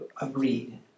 agreed